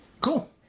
Cool